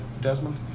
Desmond